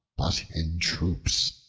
but in troops,